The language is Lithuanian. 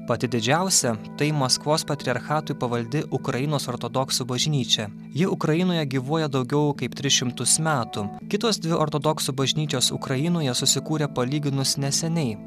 pati didžiausia tai maskvos patriarchatui pavaldi ukrainos ortodoksų bažnyčia ji ukrainoje gyvuoja daugiau kaip tris šimtus metų kitos dvi ortodoksų bažnyčios ukrainoje susikūrė palyginus neseniai